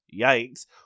yikes